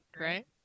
right